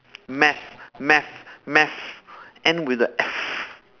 math math math end with a F